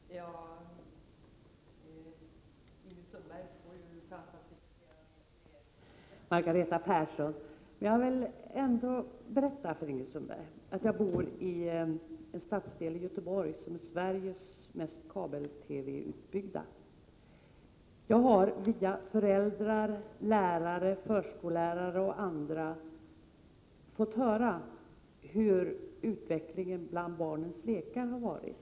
Herr talman! Ingrid Sundberg får ju snart chans att debattera med Margareta Persson. Men jag vill ändå berätta för Ingrid Sundberg att jag bor i en stadsdel i Göteborg som är Sveriges mest kabel-TV-utbyggda stadsdel. Jag har via föräldrar, lärare, förskollärare och andra fått höra hurdan utvecklingen av barnens lekar har varit.